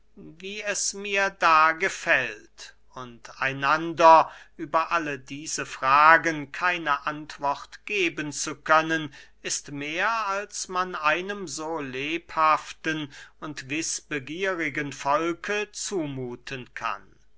wie es mir da gefällt und einander über alle diese fragen keine antwort geben zu können ist mehr als man einem so lebhaften und wißbegierigen volke zumuthen kann